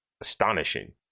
astonishing